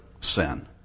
sin